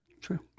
True